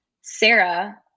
Sarah